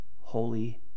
holy